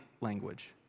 language